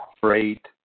freight